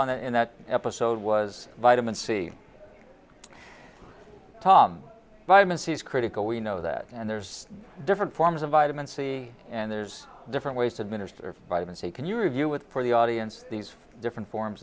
on it in that episode was vitamin c tom vitamin c is critical we know that and there's different forms of vitamin c and there's different ways to administer by them and say can you review with for the audience these different forms